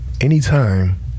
Anytime